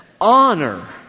Honor